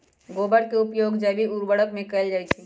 गोबर के उपयोग जैविक उर्वरक में कैएल जाई छई